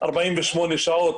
48 שעות,